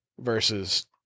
versus